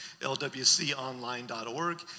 lwconline.org